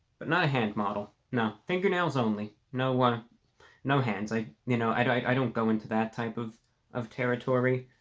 but not a hand model. no fingernails. only no one no hands like you know, i don't go into that type of of territory,